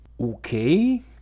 Okay